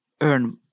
earn